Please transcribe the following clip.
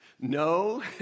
No